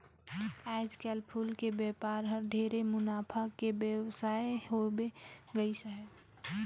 आयज कायल फूल के बेपार हर ढेरे मुनाफा के बेवसाय होवे गईस हे